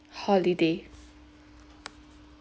holiday